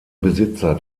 besitzer